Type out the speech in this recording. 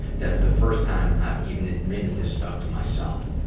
that's the first time i've even admitted this stuff to myself.